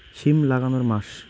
সিম লাগানোর মাস?